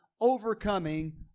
overcoming